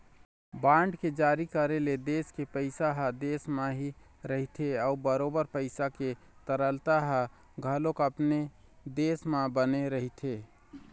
bond के जारी करे ले देश के पइसा ह देश म ही रहिथे अउ बरोबर पइसा के तरलता ह घलोक अपने देश म बने रहिथे